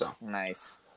Nice